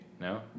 no